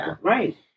right